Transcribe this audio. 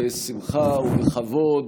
בשמחה ובכבוד,